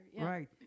Right